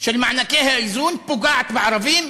של מענקי האיזון פוגעת בערבים,